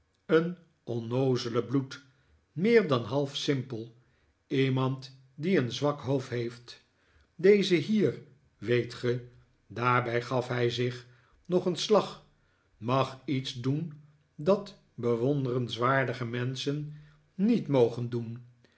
een onnoozele bloed meer dan half simpel iemand die een zwak hoofd heeft deze hier weet ge daarbij gaf hij zich nog een slag mag iets doen dat bewonderenswaardige menschen niet mogen doen